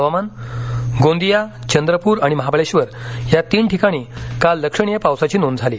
हवामान गोंदिया चंद्रपूर आणि महाबळेश्वर या तीन ठिकाणी काल लक्षणीय पावसाची नोंद झाली